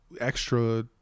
extra